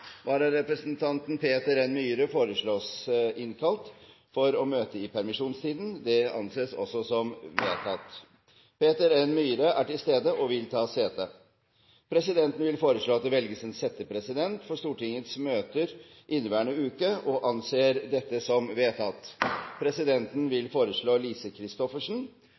Vararepresentanten, Peter N. Myhre, innkalles for å møte i permisjonstiden. Peter N. Myhre er til stede og vil ta sete. Presidenten vil foreslå at det velges en settepresident for Stortingets møter i inneværende uke – og anser det som vedtatt. Presidenten vil foreslå Lise Christoffersen.